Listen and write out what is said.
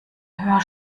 höher